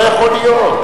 לא יכול להיות.